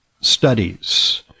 studies